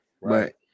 right